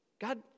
God